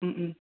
ꯎꯝ ꯎꯝ